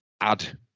add